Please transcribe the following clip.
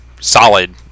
solid